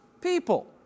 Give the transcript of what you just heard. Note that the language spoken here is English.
people